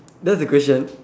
that was the question